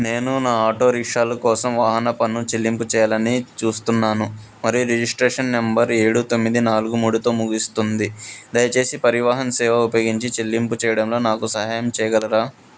నేను నా ఆటో రిక్షాలు కోసం వాహన పన్ను చెల్లింపు చెయ్యాలని చూస్తున్నాను మరియు రిజిస్ట్రేషన్ నెంబర్ ఏడు తొమ్మిది నాలుగు మూడుతో ముగిస్తుంది దయచేసి పరివాహన్ సేవ ఉపయోగించి చెల్లింపు చేయడంలో నాకు సహాయం చేయగలరా